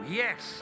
yes